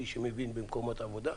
מי שמבין במקומות עבודה.